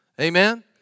Amen